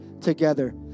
together